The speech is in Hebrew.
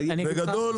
בגדול,